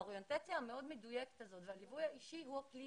האוריינטציה המאוד מדויקת הזאת והליווי האישי הוא הכלי